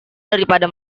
daripada